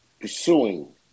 pursuing